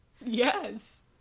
Yes